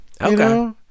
Okay